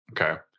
okay